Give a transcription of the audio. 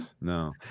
No